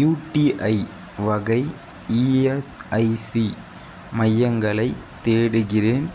UTI வகை ESIC மையங்களைத் தேடுகிறேன்